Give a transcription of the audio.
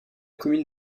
commune